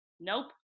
Nope